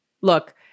look